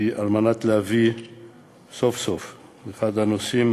היא על מנת להביא סוף-סוף את אחד הנושאים